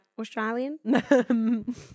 Australian